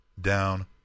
down